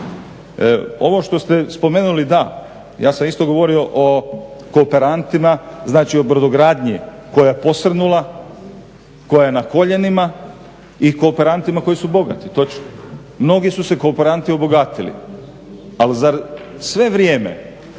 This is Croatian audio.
Ovo što ste spomenuli, da, ja sam isto govorio o kooperantima, znači o brodogradnji koja je posrnula, koja je na koljenima i kooperantima koji su bogati, točno. Mnogi su se kooperanti obogatili, ali zar sve vrijeme